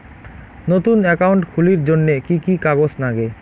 নতুন একাউন্ট খুলির জন্যে কি কি কাগজ নাগে?